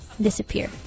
disappear